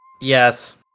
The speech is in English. yes